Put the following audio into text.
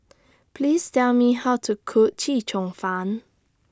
Please Tell Me How to Cook Chee Cheong Fun